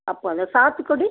அப்போது அந்த சாத்துக்குடி